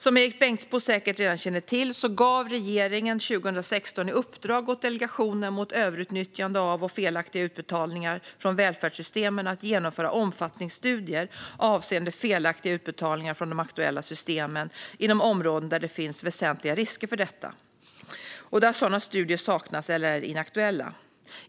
Som Erik Bengtzboe säkert redan känner till gav regeringen 2016 i uppdrag åt Delegationen mot överutnyttjande av och felaktiga utbetalningar från välfärdssystemen att genomföra omfattningsstudier avseende felaktiga utbetalningar från de aktuella systemen inom områden där det finns väsentliga risker för detta och där sådana studier saknas eller är inaktuella.